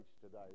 today